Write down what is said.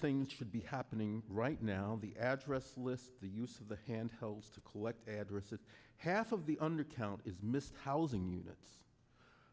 things should be happening right now the address lists the use of the handheld to collect addresses half of the undercount is mr housing units